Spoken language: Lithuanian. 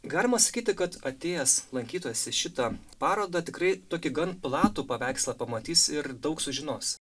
galima sakyti kad atėjęs lankytojas į šitą parodą tikrai tokį gan platų paveikslą pamatys ir daug sužinos